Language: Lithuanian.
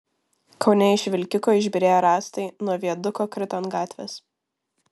kaune iš vilkiko išbyrėję rąstai nuo viaduko krito ant gatvės